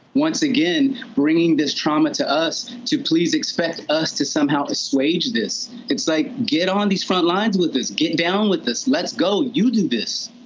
once again bringing this trauma to us to please expect us to somehow assuage this. it's, like, get on these front lines with this. get down with this. let's go. you do this.